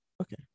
Okay